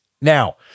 Now